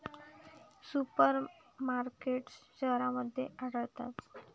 super markets शहरांमध्ये आढळतात